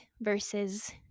versus